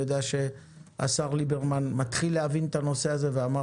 יודע שהשר ליברמן מתחיל להבין את הנושא הזה והוא אמר